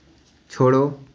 छोड़ो